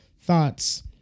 thoughts